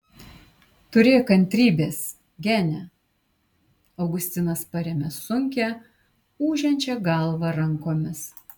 turėk kantrybės gene augustinas parėmė sunkią ūžiančią galvą rankomis